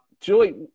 Julie